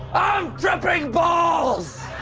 dripping balls.